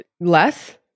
Less